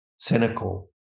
cynical